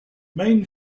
main